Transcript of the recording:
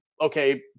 Okay